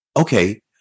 Okay